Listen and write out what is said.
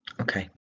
Okay